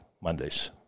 Mondays